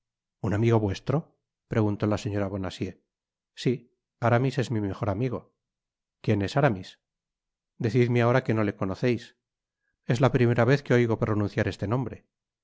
un amigo vuestro preguntó la señora bonacieux sí aramis es mi mejor amigo quien es aramis decidme ahora que no le conoceis es la primera vez que oigo pronunciar este nombre